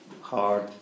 hard